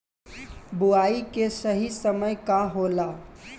बुआई के सही समय का होला?